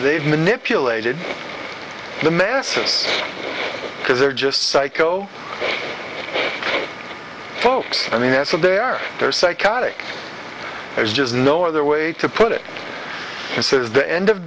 they've manipulated the masses because they're just psycho folks i mean that's what they are they're psychotic there's just no other way to put it this is the end of